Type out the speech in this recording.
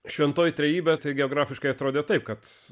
šventoji trejybė tai geografiškai atrodė taip kad